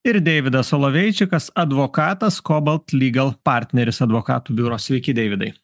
ir deividas soloveičikas advokatas kobaltligel partneris advokatų biuro sveiki deividai